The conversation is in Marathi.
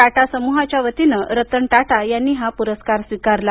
टाटा समूहाच्या वतीनं रतन टाटा यांनी हा पुरस्कार स्वीकारला